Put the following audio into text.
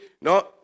no